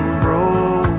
row?